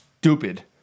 stupid